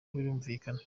birumvikana